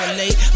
late